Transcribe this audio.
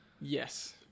Yes